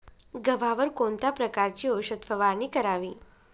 गव्हावर कोणत्या प्रकारची औषध फवारणी करावी?